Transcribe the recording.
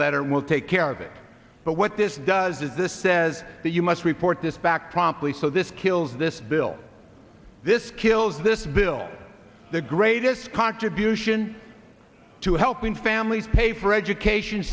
letter will take care of it but what this does is this says that you must report this back promptly so this kills this bill this kills this bill the greatest contribution to helping families pay for education